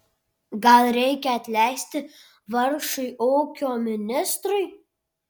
gal reikia atleisti vargšui ūkio ministrui